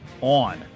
on